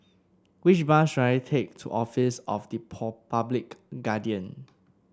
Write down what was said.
which bus should I take to Office of the Public Guardian